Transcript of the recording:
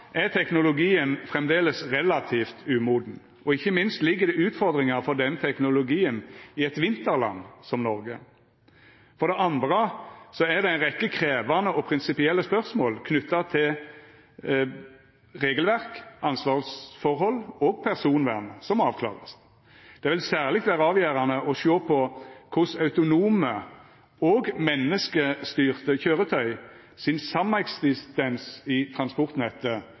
er teknologien framleis relativt umoden, og ikkje minst ligg det utfordringar for denne teknologien i eit vinterland som Noreg. For det andre er det ei rekkje krevjande og prinsipielle spørsmål knytte til regelverk, ansvarsforhold og personvern som må avklarast. Det vil særleg vera avgjerande å sjå på korleis autonome og menneskestyrde kjøretøy sin sameksistens i transportnettet